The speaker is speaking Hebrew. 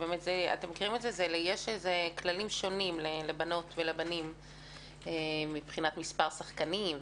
יש כללים שונים לבנות ולבנים מבחינת מספר שחקנים,